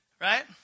Right